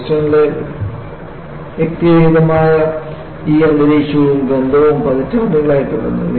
ബോസ്റ്റണിലെ വ്യതിരിക്തമായ ഈ അന്തരീക്ഷവും ഗന്ധവും പതിറ്റാണ്ടുകളായി തുടർന്നു